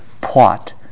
plot